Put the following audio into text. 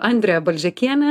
andrė balžekienė